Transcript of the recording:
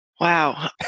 Wow